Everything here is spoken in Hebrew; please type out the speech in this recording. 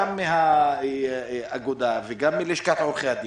גם מהאגודה וגם מלשכת עורכי הדין,